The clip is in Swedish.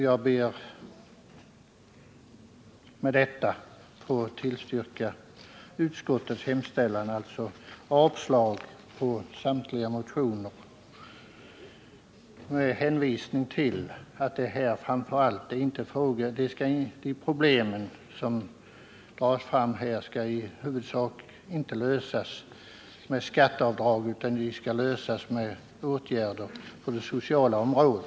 Jag ber med det anförda att få yrka bifall till utskottets hemställan, innebärande avslag på samtliga motioner, med hänvisning till att de problem som här tas upp huvudsakligen inte skall lösas genom skatteavdrag utan genom åtgärder på det sociala området.